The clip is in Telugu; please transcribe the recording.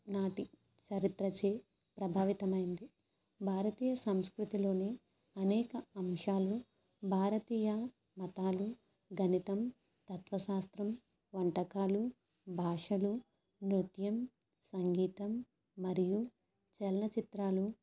నాటి చరిత్రచే ప్రభావితమైంది భారతీయ సంస్కృతిలోని అనేక అంశాలు భారతీయ మతాలు గణితం తత్వ శాస్త్రం వంటకాలు భాషలు నృత్యం సంగీతం మరియు చలనచిత్రాలు